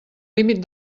límit